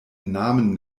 namen